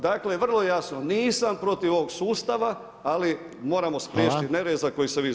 Dakle, vrlo jasno, nisam protiv ovog sustava, ali moramo spriječiti nered za koji se vi zalažete.